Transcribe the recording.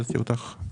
איבדתי אותך.